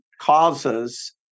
causes